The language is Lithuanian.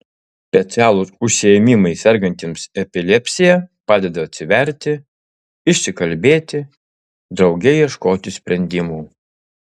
specialūs užsiėmimai sergantiems epilepsija padeda atsiverti išsikalbėti drauge ieškoti sprendimų